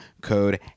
code